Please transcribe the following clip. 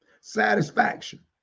Satisfaction